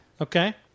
Okay